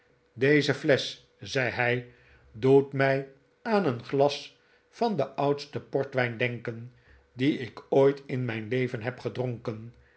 deze flesch zei hij doet mij aan een glas van den oudsten portwljn denken dien ik ooit in mijn leven heb gedronken